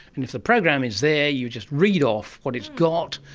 if the program is there you just read off what it's got,